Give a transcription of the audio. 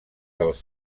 dels